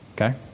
okay